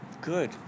Good